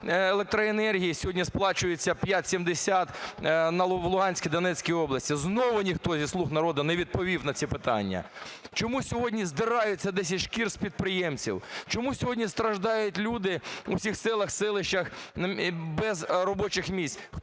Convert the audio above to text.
електроенергії сьогодні сплачується 5,70 в Луганській і Донецькій області. Знову ніхто зі "Слуг народу" не відповів на ці питання. Чому сьогодні здирається "десять шкір" з підприємців, чому сьогодні страждають люди у цих селах, селищах без робочих місць?